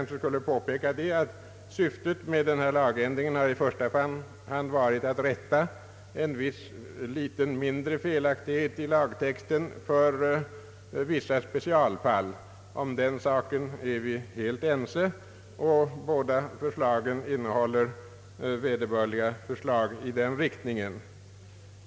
Syftet med denna lagändring har i första hand varit att rätta en viss mindre felaktighet i lagtexterna för vissa specialfall. Om den saken är vi helt ense, och båda förslagen innehåller vederbörliga ändringar i den riktningen.